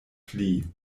pli